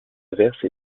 averse